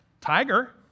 tiger